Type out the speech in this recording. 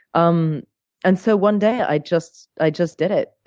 um and so, one day, i just i just did it.